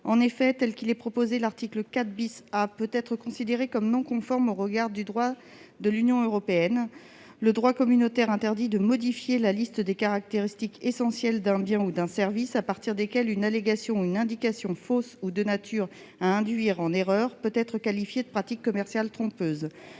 article, tel qu'il est rédigé, pourrait être considéré comme non conforme au droit de l'Union européenne, qui interdit de modifier la liste des caractéristiques essentielles d'un bien ou d'un service à partir desquelles une allégation ou une indication fausse ou de nature à induire en erreur peut être qualifiée de pratique commerciale trompeuse.